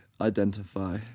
identify